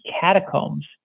catacombs